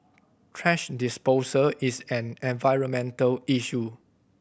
thrash disposal is an environmental issue